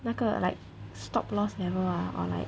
那个 like stop loss never ah or like